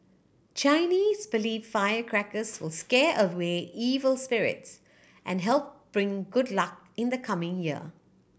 Chinese believe firecrackers will scare away evil spirits and help bring good luck in the coming year